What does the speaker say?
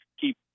keep